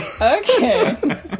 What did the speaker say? Okay